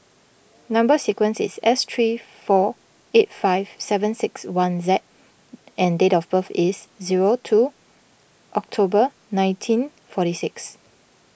Number Sequence is S three four eight five seven six one Z and date of birth is zero two October nineteen forty six